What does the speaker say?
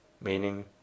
meaning